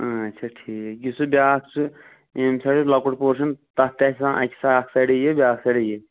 اَچھا ٹھیٖک یُس یہِ بیٛاکھ سُہ ییٚمۍ سایڈٕ لۄکُٹ پورشَن تَتھ تہِ آسہِ آسان أکِس سایڈٕ یہِ بیٛاکھ سایڈٕ یہِ